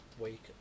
Week